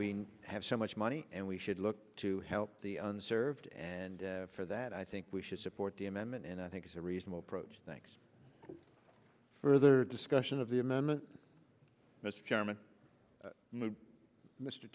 we have so much money and we should look to help the unserved and for that i think we should support the amendment and i think it's a reasonable approach thanks further discussion of the amendment mr chairman mr